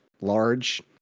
large